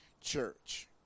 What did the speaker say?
church